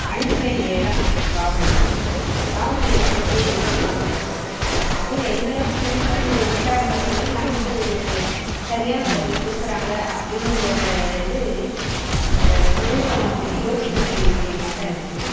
அணுக வேண்டிய இடம் காவல் நிலையம் காவல் நிலையத்தில் போய் ரிப்போர்ட் பண்ணால் அவங்க எந்தளவுக்கு வந்து விசாரண பண்ணி நமக்கு சரியான பதிலை கொடுக்கறாங்க அப்படிங்கிற இது கொஞ்சம் வந்து யோசிக்க வேண்டிய விஷயமாத்தான் இருக்குது